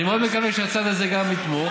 אני מאוד מקווה שהצד הזה גם יתמוך,